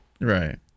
Right